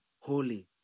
holy